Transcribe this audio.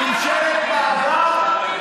ממשלת מעבר?